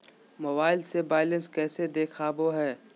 Mobile से balance कैसे देखाबो है?